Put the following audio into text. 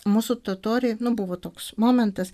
mūsų totoriai buvo toks momentas